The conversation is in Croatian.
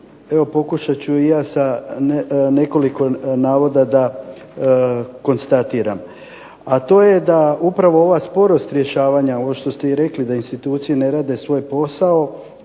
evo pokušati ću ja sa nekoliko navoda da konstatiram. A to je da upravo ova sporost rješavanja, ovo što ste rekli da institucije ne rade svoj posao,